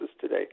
today